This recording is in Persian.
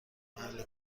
محل